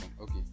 okay